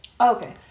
Okay